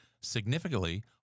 significantly